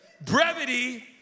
brevity